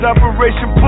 Operation